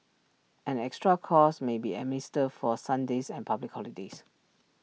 an extra cost may be administered for Sundays and public holidays